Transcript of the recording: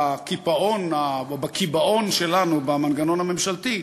בקיבעון שלנו במנגנון הממשלתי,